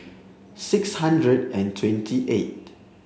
six hundred and twenty eight